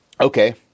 Okay